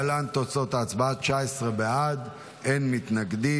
להלן תוצאות ההצבעה: 19 בעד, אין מתנגדים.